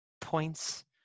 points